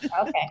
Okay